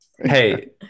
hey